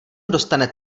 dostane